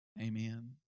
Amen